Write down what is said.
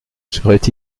serait